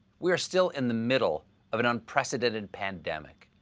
we're still in the middle of an unprecedented pandemic.